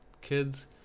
kids